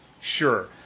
sure